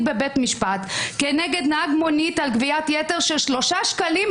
בבית משפט כנגד נהג מונית על גביית יתר של 3.80 שקלים.